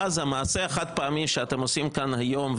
ואז המעשה החד פעמי שאתם עושים כאן היום,